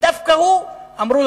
ודווקא לו אמרו,